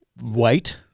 white